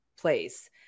place